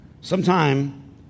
Sometime